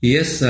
Yes